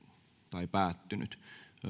tai päättynyt